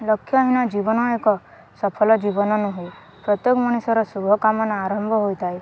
ଲକ୍ଷ୍ୟହୀନ ଜୀବନ ଏକ ସଫଲ ଜୀବନ ନୁହେଁ ପ୍ରତ୍ୟେକ ମଣିଷର ଶୁଭକାମନା ଆରମ୍ଭ ହୋଇଥାଏ